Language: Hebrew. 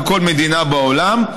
בכל מדינה בעולם,